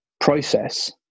process